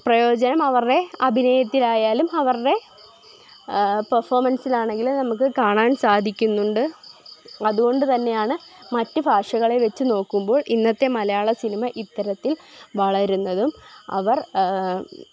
പ്രയോജനം അവരുടെ അഭിനയത്തിലായാലും അവരുടെ പെർഫോമൻസിൽ ആണെങ്കിലും നമുക്ക് കാണാൻ സാധിക്കുന്നുണ്ട് അതുകൊണ്ടുതന്നെയാണ് മറ്റ് ഭാഷകളെ വെച്ച് നോക്കുമ്പോൾ ഇന്നത്തെ മലയാള സിനിമ ഇത്തരത്തിൽ വളരുന്നതും അവർ